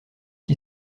qui